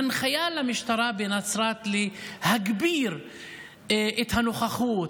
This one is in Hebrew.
הנחיה למשטרה בנצרת להגביר את הנוכחות,